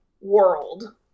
world